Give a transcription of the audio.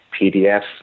PDF